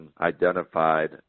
identified